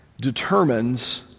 determines